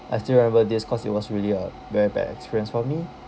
I still remember this cause it was really a very bad experience for me